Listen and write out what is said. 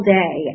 day